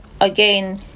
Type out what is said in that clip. again